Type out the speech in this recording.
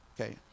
Okay